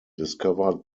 discovered